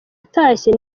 atashye